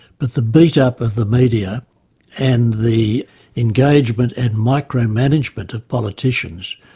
but the beat-up of the media and the engagement and micro-management of politicians,